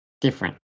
different